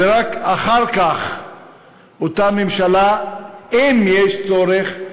ורק אחר כך אותה ממשלה, אם יש צורך,